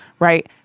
Right